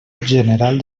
general